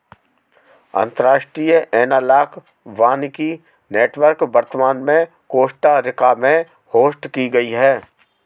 अंतर्राष्ट्रीय एनालॉग वानिकी नेटवर्क वर्तमान में कोस्टा रिका में होस्ट की गयी है